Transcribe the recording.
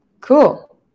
Cool